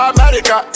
America